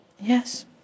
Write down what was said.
Yes